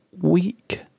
week